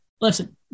Listen